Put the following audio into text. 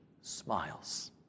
smiles